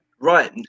Right